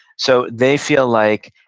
so they feel like,